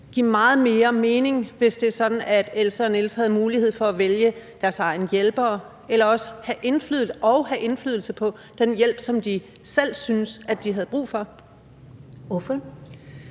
give meget mere mening, hvis det var sådan, at Else og Niels havde mulighed for at vælge deres egne hjælpere og have indflydelse på den hjælp, som de selv synes, de har brug for? Kl.